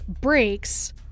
breaks